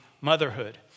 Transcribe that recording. motherhood